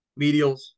Medials